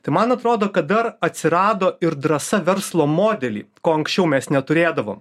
tai man atrodo kad dar atsirado ir drąsa verslo modelį ko anksčiau mes neturėdavom